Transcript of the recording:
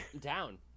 Down